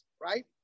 right